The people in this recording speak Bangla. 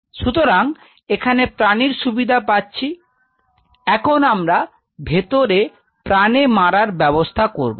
সুতরাং এখানে প্রাণীর সুবিধা পাচ্ছি এখন আমরা ভেতরে প্রাণে মারার ব্যবস্থা করব